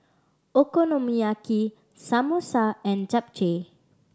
Okonomiyaki Samosa and Japchae